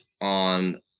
on